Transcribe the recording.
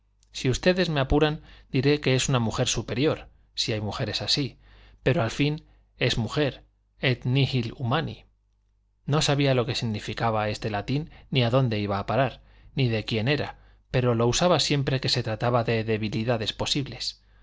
si ustedes me apuran diré que es una mujer superior si hay mujeres así pero al fin es mujer et nihil humani no sabía lo que significaba este latín ni a dónde iba a parar ni de quién era pero lo usaba siempre que se trataba de debilidades posibles